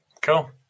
Cool